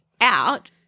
out –